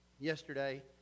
Yesterday